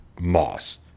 moss